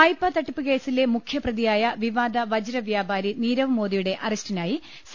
വായ്പാ തട്ടിപ്പ് കേസിലെ മുഖ്യപ്രതിയായ വിവാദ വജ്ര വ്യാപാരി നീരവ് മോദിയുടെ അറസ്റ്റിനായി സി